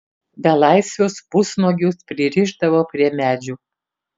belaisvius pusnuogius pririšdavo prie medžių